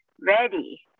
ready